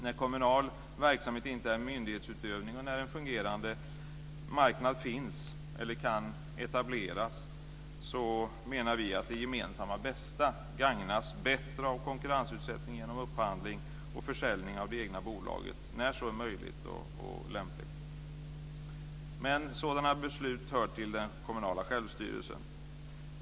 När kommunal verksamhet inte är en myndighetsutövning och när en fungerande marknad finns eller kan etableras menar vi att det gemensamma bästa gagnas bättre av konkurrensutsättning genom upphandling och försäljning av det egna bolaget när så är möjligt och lämpligt. Men sådana beslut hör till den kommunala självstyrelsen.